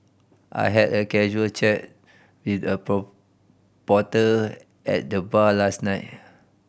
I had a casual chat with a porter at the bar last night